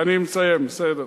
אני מסיים, בסדר.